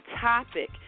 topic